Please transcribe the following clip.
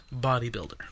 bodybuilder